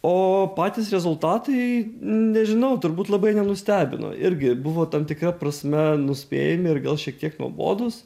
o patys rezultatai nežinau turbūt labai nenustebino irgi buvo tam tikra prasme nuspėjami ir gal šiek tiek nuobodūs